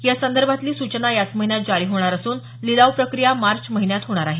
या संदर्भातली सूचना याच महिन्यात जारी होणार असून लिलाव प्रक्रिया मार्च महिन्यात होणार आहे